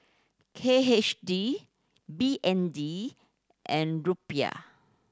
K H D B N D and Rupiah